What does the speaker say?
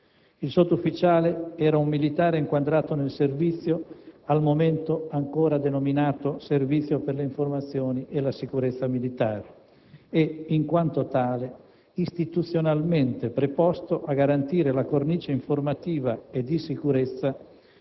Il sottufficiale era un militare inquadrato nel Servizio - al momento ancora denominato Servizio per le informazioni e la sicurezza militare - e, in quanto tale, istituzionalmente preposto a garantire la cornice informativa e di sicurezza